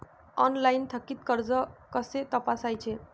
Online थकीत कर्ज कसे तपासायचे?